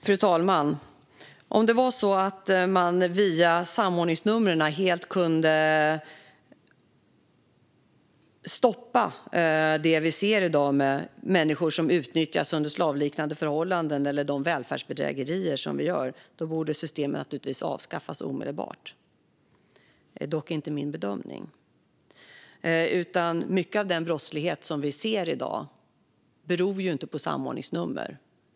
Fru talman! Skulle man via samordningsnumren helt kunna stoppa att människor utnyttjas under slavliknande förhållanden eller välfärdsbedrägerierna borde systemet naturligtvis avskaffas omedelbart. Det är dock inte min bedömning. Mycket av den brottslighet som vi ser i dag beror inte på samordningsnummer.